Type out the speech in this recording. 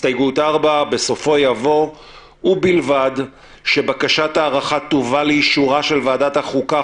בסופו יבוא: "ובלבד שבקשת ההארכה תובא לאישורה של ועדת החוקה,